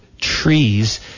trees